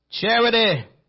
Charity